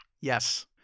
Yes